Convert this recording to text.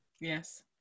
yes